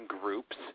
groups